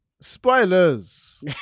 spoilers